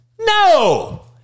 No